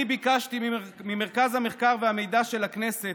אני ביקשתי ממרכז המחקר והמידע של הכנסת